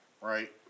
Right